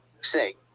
say